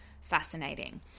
fascinating